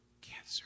cancer